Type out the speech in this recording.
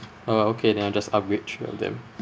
uh okay then I'll just upgrade three of them